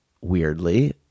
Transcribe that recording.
weirdly